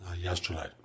yesterday